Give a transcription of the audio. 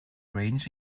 range